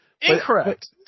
Incorrect